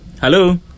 Hello